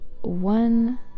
one